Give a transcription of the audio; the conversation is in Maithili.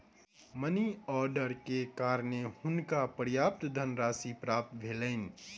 मनी आर्डर के कारणें हुनका पर्याप्त धनराशि प्राप्त भेलैन